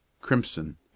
crimson